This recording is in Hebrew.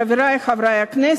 עמיתי חברי הכנסת,